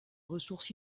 ressources